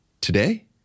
Today